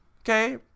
okay